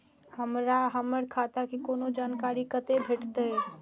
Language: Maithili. हमरा हमर खाता के कोनो जानकारी कते भेटतै